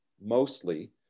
mostly